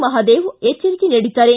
ಮಹದೇವ ಎಚ್ಚರಿಕೆ ನೀಡಿದ್ದಾರೆ